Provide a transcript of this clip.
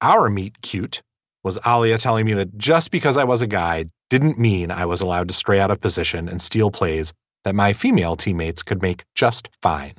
our meet cute was alia telling me that just because i was a guide didn't mean i was allowed to stray out of position and steal plays that my female teammates could make just fine